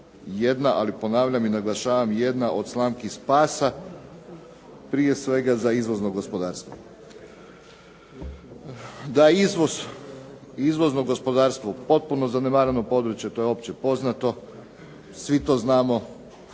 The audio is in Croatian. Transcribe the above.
jedna, ali ponavljam i naglašavam, jedna od slamki spasa prije svega za izvozno gospodarstvo. Da, izvozno gospodarstvo je potpuno zanemareno područje to je općepoznato, svi to znamo,